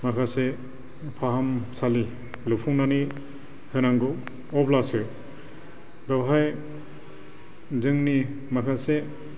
माखासे फाहामसालि लुफुंनानै होनांगौ अब्लासो बेवहाय जोंनि माखासे